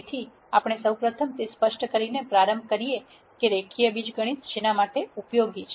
તેથી આપણે સૌ પ્રથમ તે સ્પષ્ટ કરીને પ્રારંભ કરીએ કે રેખીય બીજગણિત શેના માટે ઉપયોગી છે